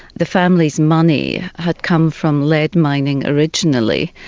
the family's money had come from lead mining originally,